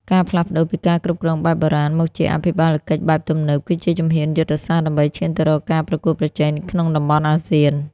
ការផ្លាស់ប្តូរពីការគ្រប់គ្រងបែបបុរាណ មកជាអភិបាលកិច្ចបែបទំនើប គឺជាជំហានយុទ្ធសាស្ត្រដើម្បីឈានទៅរកការប្រកួតប្រជែងក្នុងតំបន់អាស៊ាន។